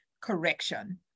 correction